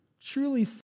truly